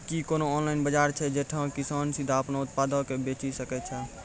कि कोनो ऑनलाइन बजार छै जैठां किसान सीधे अपनो उत्पादो के बेची सकै छै?